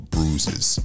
Bruises